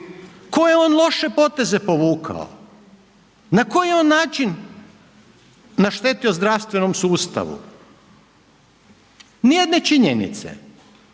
koje je on loše poteze povukao, na koji je on način naštetio zdravstvenom sustavu, ni jedne činjenice.